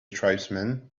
tribesman